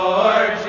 Lord